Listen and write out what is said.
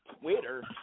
Twitter